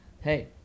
hey